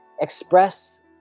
express